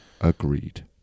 Agreed